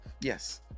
Yes